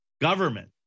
government